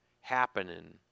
happening